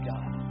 God